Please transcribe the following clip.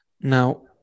Now